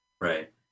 Right